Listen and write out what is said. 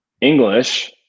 English